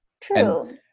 true